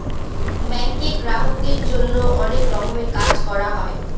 ব্যাঙ্কে গ্রাহকদের জন্য অনেক রকমের কাজ করা হয়